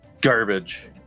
Garbage